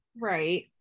right